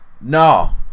No